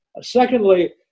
Secondly